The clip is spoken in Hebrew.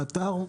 באתר?